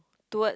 towards